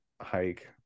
hike